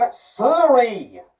sorry